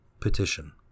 Petition